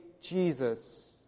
Jesus